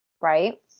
Right